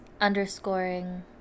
underscoring